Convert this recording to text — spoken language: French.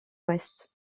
ouest